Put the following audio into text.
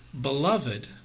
beloved